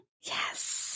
Yes